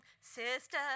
sister